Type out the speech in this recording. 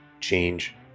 change